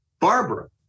Barbara